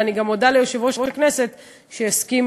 ואני גם מודה ליושב-ראש הכנסת שהסכים